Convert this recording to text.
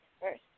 first